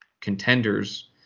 contenders